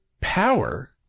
power